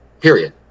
Period